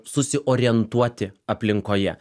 susiorientuoti aplinkoje